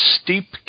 Steep